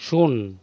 ᱥᱩᱱ